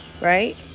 right